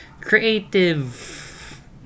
creative